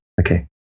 Okay